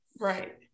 Right